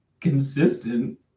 consistent